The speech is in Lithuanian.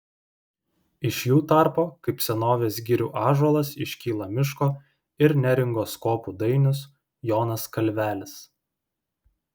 iš jų tarpo kaip senovės girių ąžuolas iškyla miško ir neringos kopų dainius jonas kalvelis